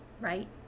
right